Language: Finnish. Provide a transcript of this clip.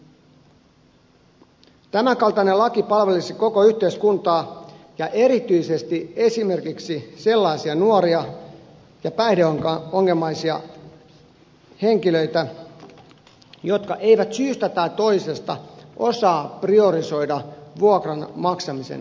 tämän kaltainen laki palvelisi koko yhteiskuntaa ja erityisesti esimerkiksi sellaisia nuoria ja päihdeongelmaisia henkilöitä jotka eivät syystä tai toisesta osaa priorisoida vuokran maksamisen tärkeyttä